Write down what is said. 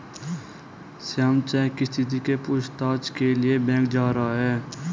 Shyam check की स्थिति के पूछताछ के लिए बैंक जा रहा है